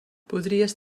podries